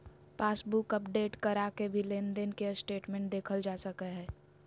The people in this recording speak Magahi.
पासबुक अपडेट करा के भी लेनदेन के स्टेटमेंट देखल जा सकय हय